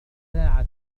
ساعة